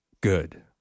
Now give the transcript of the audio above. good